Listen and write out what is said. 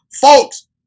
Folks